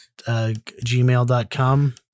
gmail.com